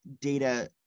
data